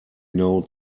know